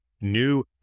new